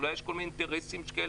אולי יש כל מיני אינטרסים שכאלה.